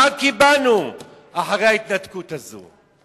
מה קיבלנו אחרי ההתנתקות הזאת?